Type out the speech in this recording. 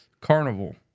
Carnival